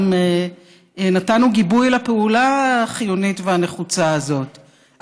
גם נתנו גיבוי לפעולה החיונית והנחוצה הזאת,